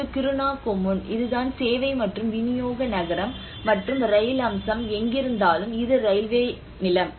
இது கிருணா கொம்முன் இதுதான் சேவை மற்றும் விநியோக நகரம் மற்றும் ரயில் அம்சம் எங்கிருந்தாலும் இது ரயில்வே நிலம்